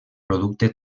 producte